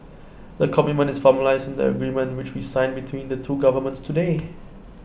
the commitment is formalised in the agreement which we signed between the two governments today